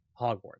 Hogwarts